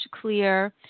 clear